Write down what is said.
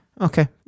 Okay